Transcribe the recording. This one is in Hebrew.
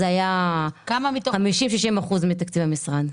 זה היה 50%-60% מתקציב המשרד.